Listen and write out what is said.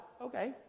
okay